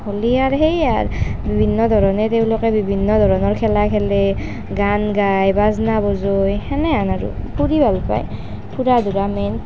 হলি আৰু সেইয়াই আৰু বিভিন্ন ধৰণে তেওঁলোকে বিভিন্ন ধৰণৰ খেলা খেলে গান গায় বাজনা বাজ'য় সেনেহেন আৰু ফুৰি ভাল পায় ফুৰা ঘূৰা মেইন